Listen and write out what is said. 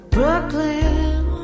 Brooklyn